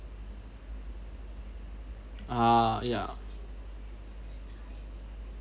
ah yeah